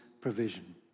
provision